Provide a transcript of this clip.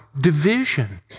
division